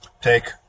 take